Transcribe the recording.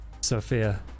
Sophia